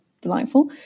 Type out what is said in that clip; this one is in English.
delightful